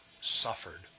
suffered